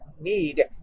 need